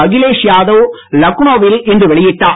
அகிலேஸ் யாதவ் லக்னோ வில் இன்று வெளியிட்டார்